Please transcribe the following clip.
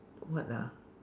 what ah